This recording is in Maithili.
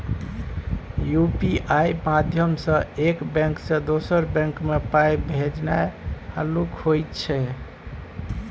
यु.पी.आइ माध्यमसँ एक बैंक सँ दोसर बैंक मे पाइ भेजनाइ हल्लुक होइ छै